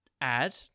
add